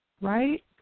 right